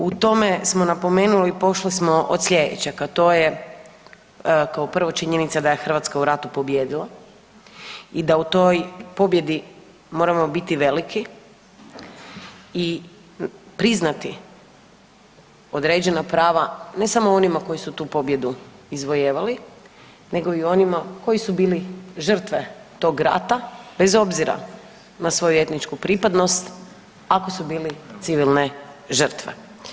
U tome smo napomenuli, pošli smo od sljedećeg, a to je kao prvo činjenica da je Hrvatska u ratu pobijedila i da u toj pobjedi moramo biti veliki i priznati određena prava ne samo onima koji su tu pobjedu izvojevali, nego i onima koji su bili žrtve tog rata bez obzira na svoju etničku pripadnost ako su bili civilne žrtve.